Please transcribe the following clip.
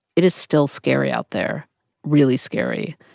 it is still scary out there really scary.